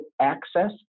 access